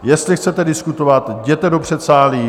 Jestli chcete diskutovat, jděte do předsálí!